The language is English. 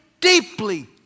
deeply